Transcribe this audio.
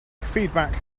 feedback